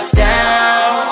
down